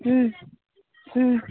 ம் ம்